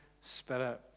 spirit